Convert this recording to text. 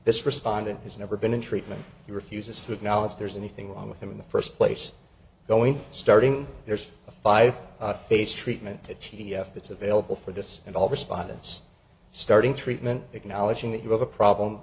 this respondent has never been in treatment he refuses to acknowledge there's anything wrong with him in the first place going starting there's a five phase treatment t f that's available for this and all respondents starting treatment acknowledging that you have a problem